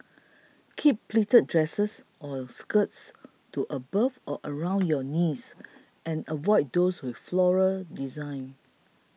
keep pleated dresses or skirts to above or around your knees and avoid those with floral designs